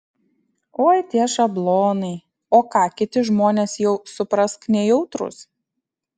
oi tie šablonai o ką kiti žmonės jau suprask nejautrūs